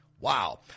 Wow